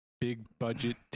big-budget